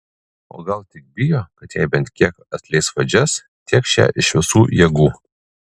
o gal tik bijo kad jei bent kiek atleis vadžias tėkš ją iš visų jėgų